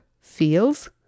feels